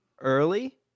early